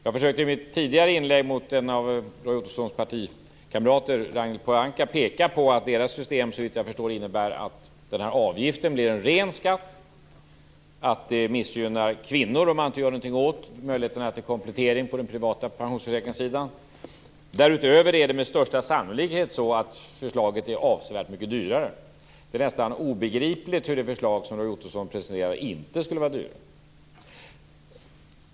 Jag försökte i mitt tidigare inlägg i debatten med en av Roy Ottossons partikamrater, Ragnhild Pohanka, peka på att Miljöpartiets system såvitt jag förstår innebär att avgiften blir en ren skatt och att det missgynnar kvinnor om man inte gör någonting åt möjligheterna till komplettering med privata pensionsförsäkringar. Därutöver är förslaget med största sannolikhet avsevärt mycket dyrare. Det är nästan obegripligt hur det förslag som Roy Ottosson presenterar inte skulle vara dyrare.